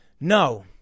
no